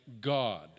God